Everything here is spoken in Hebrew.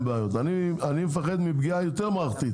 בעיות אני מפחד מפגיעה יותר מערכתית,